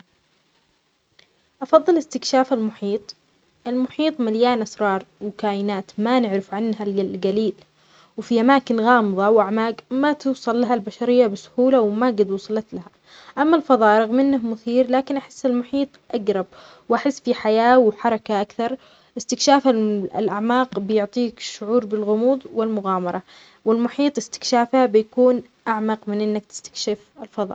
أفضل استكشاف المحيط. لأن المحيط مليء بالأسرار والكائنات البحرية اللي ما نعرف عنها الكثير. الغمر في أعماقه يعطيني إحساس بالمغامرة والاكتشاف، وفيه جمال طبيعي ما له مثيل. الفضاء أيضًا مثير، لكن المحيط أقرب إلي وأقدر أكتشفه بشكل أعمق وأكثر تنوع.